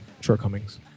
shortcomings